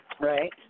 Right